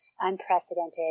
unprecedented